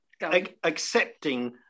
accepting